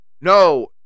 No